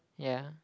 yeah